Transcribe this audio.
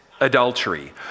Adultery